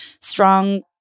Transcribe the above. strong